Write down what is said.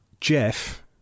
Jeff